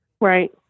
Right